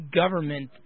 government